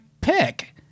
pick